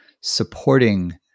supporting